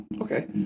Okay